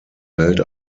welt